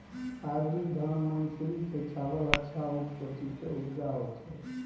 Hybrid धान मानसुरी के चावल अच्छा उच्च कोटि के उपजा होय छै?